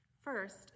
First